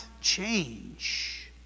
change